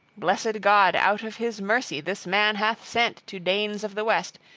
blessed god out of his mercy this man hath sent to danes of the west,